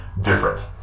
different